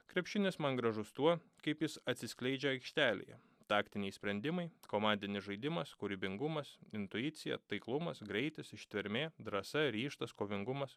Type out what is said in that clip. krepšinis man gražus tuo kaip jis atsiskleidžia aikštelėje taktiniai sprendimai komandinis žaidimas kūrybingumas intuicija taiklumas greitis ištvermė drąsa ryžtas kovingumas